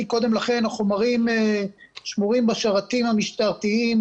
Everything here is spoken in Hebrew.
קודם לכן החומרים שמורים בשרתים המשטרתיים,